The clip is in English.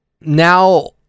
now